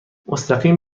مستقیم